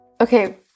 Okay